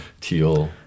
teal